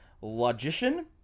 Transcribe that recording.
logician